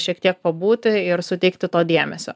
šiek tiek pabūti ir suteikti to dėmesio